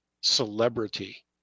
celebrity